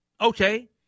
okay